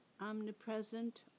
omnipresent